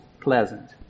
pleasant